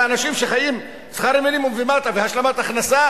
האנשים שחיים משכר מינימום ומטה ומהשלמת הכנסה